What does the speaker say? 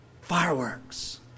Fireworks